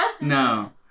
No